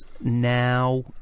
now